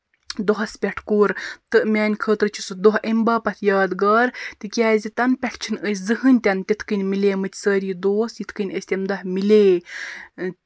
دۄہس پیٚٹھ کوٚر تہٕ میٛانہِ خٲطرٕ چھُ سُہ دۄہ اَمہِ باپَتھ یادگار تِکیٛازِ تَمہِ پیٚٹھٕ چھِنہٕ أسۍ زٕنٛہٕے تہِ نہٕ تِتھٕ کٔنۍ میلے مٕتۍ سٲری دوس یِتھٕ کٔنۍ أسۍ تَمہِ دۄہ میلے